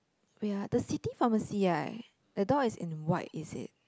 oh ya the city pharmacy right the door is in white is it